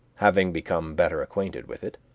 having become better acquainted with it.